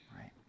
right